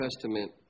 Testament